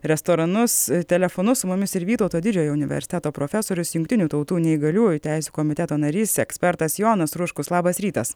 restoranus telefonu su mumis ir vytauto didžiojo universiteto profesorius jungtinių tautų neįgaliųjų teisių komiteto narys ekspertas jonas ruškus labas rytas